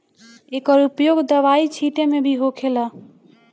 एकर उपयोग दवाई छींटे मे भी होखेला